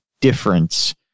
difference